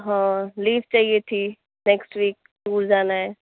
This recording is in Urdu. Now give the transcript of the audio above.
ہاں لیو چاہیے تھی نیکسٹ ویک اسکول جانا ہے